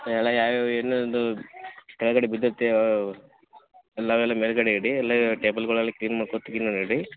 ಎಲ್ಲ ಯಾವ್ಯಾವ ಏನೇನು ಕೆಳಗಡೆ ಬಿದ್ದಿರತ್ತೆ ಎಲ್ಲ ಅಲ್ಲೆ ಮೇಲ್ಗಡೆ ಇಡಿ ಎಲ್ಲ ಟೇಬೆಲ್ಗುಳೆಲ್ಲ ಕ್ಲೀನ್ ಮಾಡ್ಕೋತ ಕ್ಲೀನಲ್ಲಿ ಇಡಿ